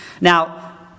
Now